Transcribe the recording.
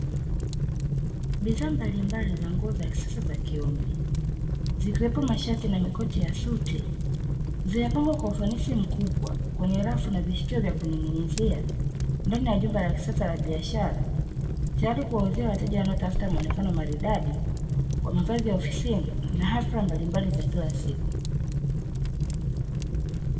Bidhaa mbalimbali za nguo za kisasa za kiume, zikiwepo mashati na makoti ya suti, zimepangwa kwa ufanisi mkubwa kwenye rafu na vishikio vya kuning'inizia, ndani ya jumba la kisasa la biashara. Tayari kuwauzia wateja wanaotafuta muonekano maridadi, kwa mavazi ya ofisini na hafla mbalimbali za kila siku.